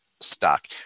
stock